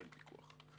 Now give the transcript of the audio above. אין פיקוח.